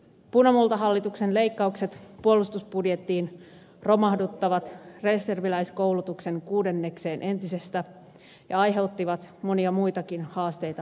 punamultahallituksen leikkaukset puolustusbudjettiin romahduttivat reserviläiskoulutuksen kuudennekseen entisestä ja aiheuttivat monia muitakin haasteita harjoitustoiminnalle